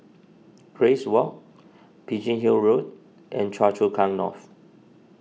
Grace Walk Biggin Hill Road and Choa Chu Kang North